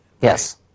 Yes